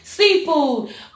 Seafood